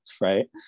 right